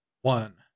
one